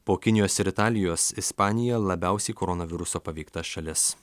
po kinijos ir italijos ispanija labiausiai koronaviruso paveikta šalis